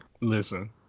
Listen